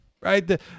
right